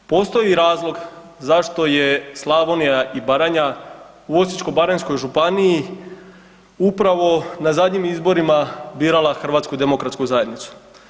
Postoji razlog zašto je Slavonija i Baranja u Osječko-baranjskoj županiji upravo na zadnjim izborima birala HDZ.